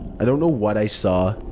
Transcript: i don't know what i saw.